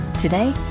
Today